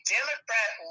Democrat